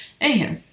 anyhow